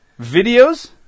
videos